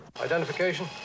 Identification